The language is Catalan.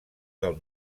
del